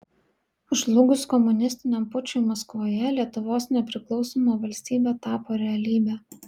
žlugus komunistiniam pučui maskvoje lietuvos nepriklausoma valstybė tapo realybe